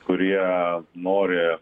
kurie nori